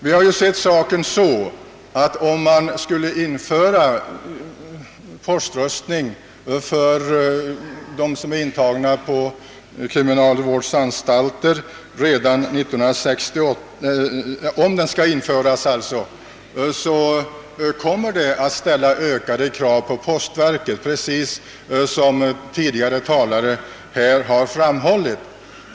Om man redan till 1968 års val inför poströstning för dem som är intagna på kriminalvårdsanstalter, kommer det, såsom tidigare talare här har framhållit, att ställa ökade krav på postverket.